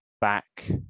back